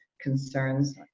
concerns